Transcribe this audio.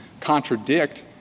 contradict